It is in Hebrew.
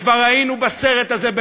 וכבר היינו בסרט הזה,